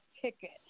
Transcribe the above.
ticket